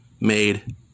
made